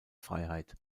freiheit